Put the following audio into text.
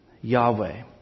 Yahweh